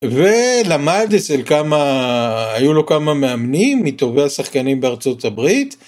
ולמד אצל כמה, היו לו כמה מאמנים מטובי השחקנים בארצות הברית.